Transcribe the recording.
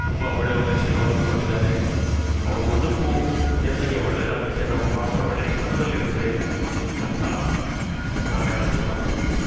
ತುಂಬ ಒಳ್ಳೆಯ ಒಳ್ಳೆಯ ಸೇವೆವನ್ನು ಕೊಟ್ಟಿದ್ದಾರೆ ಅವ್ರು ಮುಂದುಕ್ಕು ದೇಶಕ್ಕೆ ಒಳ್ಳೆಯದಾಗತ್ತೆ ನಮ್ಮ ಭಾರತ ಒಳ್ಳೆಯ ಸ್ಥಾನದಲ್ಲಿರುತ್ತೆ ಅಂತ ನಾನು ಹೇಳಕ್ ಇಷ್ಟ ಪಡ್ತೀನಿ